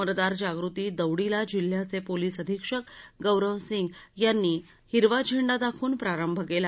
मतदार जागृती दौडीला जिल्ह्याचे पोलीस अधिक्षक गौरव सिंग यांनी हिरवा झेंडा दाखवून प्रारभ झाला